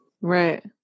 Right